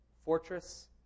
fortress